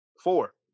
four